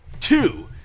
two